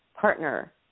partner